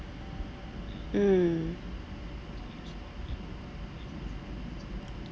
mm